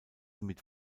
mit